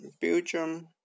Belgium